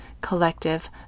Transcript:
collective